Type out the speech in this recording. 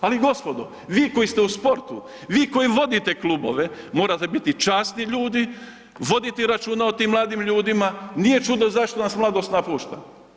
Ali gospodo, vi koji ste u sportu vi koji vodite klubove morate biti časni ljudi, voditi računa o tim mladim ljudima nije čudo zašto nas mladost napušta.